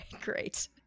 great